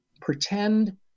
Pretend